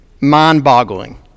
Mind-boggling